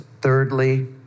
thirdly